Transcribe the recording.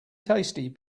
tasty